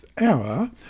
hour